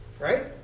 Right